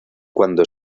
cuando